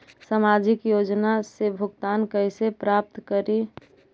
सामाजिक योजना से भुगतान कैसे प्राप्त करी?